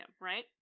right